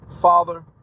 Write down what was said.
Father